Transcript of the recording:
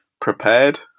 prepared